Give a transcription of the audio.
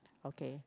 okay